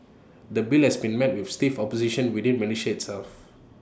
the bill has been met with stiff opposition within Malaysia itself